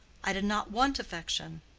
i did not want affection.